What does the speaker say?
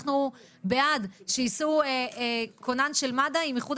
אנחנו בעד שיסעו כונן של מד"א עם איחוד